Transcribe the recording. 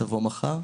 ותבוא מחר.